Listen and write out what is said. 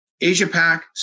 Asia-Pac